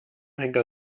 henker